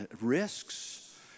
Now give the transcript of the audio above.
risks